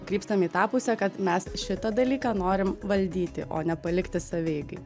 krypstam į tą pusę kad mes šitą dalyką norim valdyti o ne palikti savieigai